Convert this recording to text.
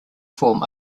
form